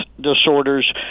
disorders